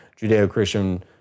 Judeo-Christian